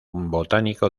botánico